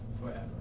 forever